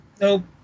Nope